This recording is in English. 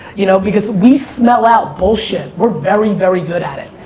you know because we smell out bullshit, we're very, very good at it.